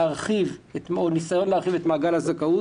להרחיב את מעגל הזכאות,